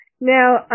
Now